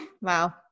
Wow